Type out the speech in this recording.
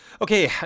Okay